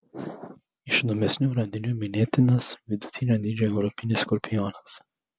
iš įdomesnių radinių minėtinas vidutinio dydžio europinis skorpionas